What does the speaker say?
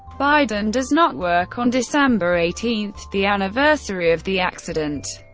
biden does not work on december eighteen, the anniversary of the accident.